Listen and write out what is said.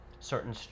certain